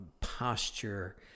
posture